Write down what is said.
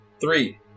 Three